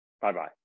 Bye-bye